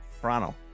Toronto